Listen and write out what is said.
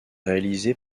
réalisé